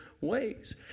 ways